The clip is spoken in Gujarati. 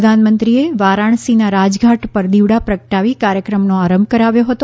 પ્રધાનમંત્રીએ વારાણસીના રાજઘાટ પર દીપ પ્રગટાવી કાર્યક્રમનો આરંભ કરાવ્યો હતો